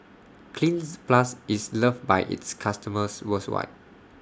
Cleanz Plus IS loved By its customers worldwide